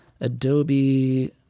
Adobe